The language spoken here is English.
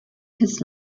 his